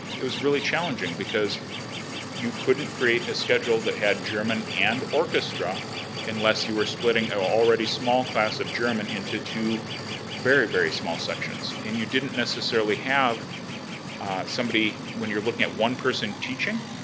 it was really challenging because you couldn't create a schedule that had german and orchestra unless you were splitting an already small class of german into two very, very, small sections. and you didn't necessarily have somebody, when you're looking at one person teaching,